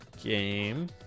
game